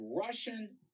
Russian